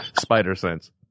Spider-Sense